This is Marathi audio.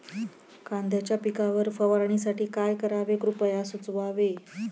कांद्यांच्या पिकावर फवारणीसाठी काय करावे कृपया सुचवावे